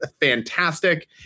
fantastic